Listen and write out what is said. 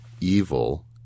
evil